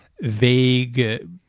vague